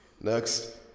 Next